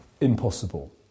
impossible